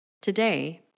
Today